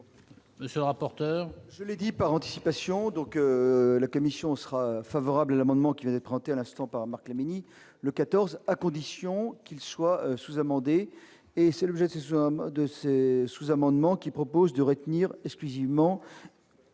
monsieur le rapporteur